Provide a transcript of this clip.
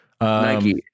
Nike